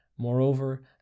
Moreover